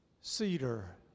cedar